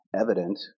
evident